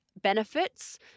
benefits